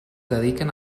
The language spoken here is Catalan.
dediquen